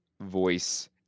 voice